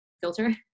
filter